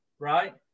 right